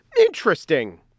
Interesting